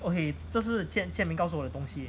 okay 这是见 jian ming 告诉我的东西